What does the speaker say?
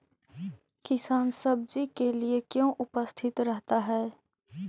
किसान सब्जी के लिए क्यों उपस्थित रहता है?